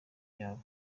yabo